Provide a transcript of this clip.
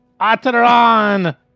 Ataran